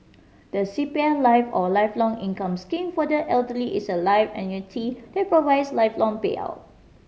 the C P F Life or Lifelong Income Scheme for the Elderly is a life annuity that provides lifelong payout